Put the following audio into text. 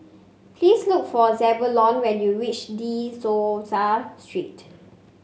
please look for Zebulon when you reach De Souza Street